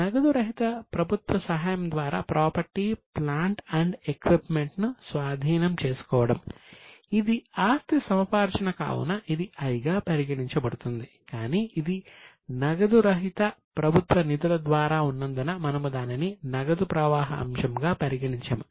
నగదు రహిత ప్రభుత్వ సహాయం ద్వారా ప్రాపర్టీ ప్లాంట్ అండ్ ఎక్విప్మెంట్ అంశంగా పరిగణించము దానిని మనము 'NC' గా గుర్తించాము